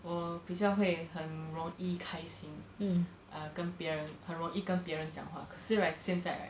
我比较会很容易开心 ah 跟别人很容易跟别人讲话可是现在 right